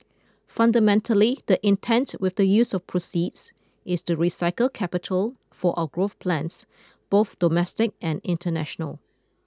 fundamentally the intent with the use of proceeds is to recycle capital for our growth plans both domestic and international